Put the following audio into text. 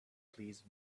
please